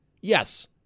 Yes